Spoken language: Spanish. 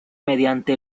mediante